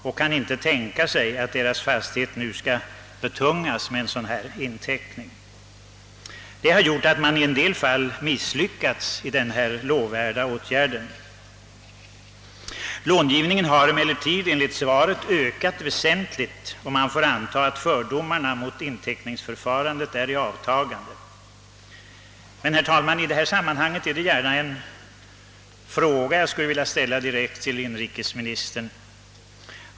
De kan inte tänka sig att deras fastighet nu skall betungas med en inteckning. Detta har gjort att. man ibland har misslyckats i sina Ilovvärda ansträngningar. Enligt statsrådets svar har långivningen emellertid nu ökat väsentligt, och man får anta att fördomarna mot inteckningsförfarandet är i avtagande. I detta sammanhang är det dock en fråga, som jag gärna vill ställa direkt till inrikesministern.